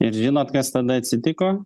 ir žinot kas tada atsitiko